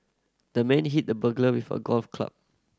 the man hit the burglar with a golf club